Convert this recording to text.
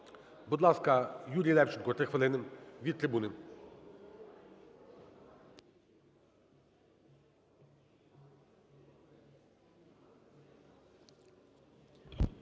Будь ласка, Юрій Левченко, 3 хвилини. Від трибуни.